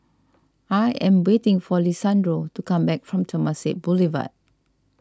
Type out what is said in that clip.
I am waiting for Lisandro to come back from Temasek Boulevard